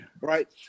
right